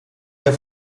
der